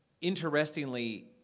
interestingly